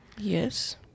Yes